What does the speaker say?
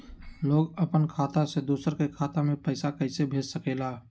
लोग अपन खाता से दोसर के खाता में पैसा कइसे भेज सकेला?